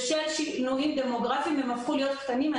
בשל שינויים דמוגרפיים הם הפכו להיות קטנים.